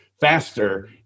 Faster